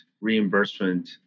reimbursement